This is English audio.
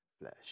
flesh